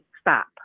stop